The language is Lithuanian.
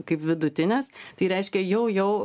kaip vidutinės tai reiškia jau jau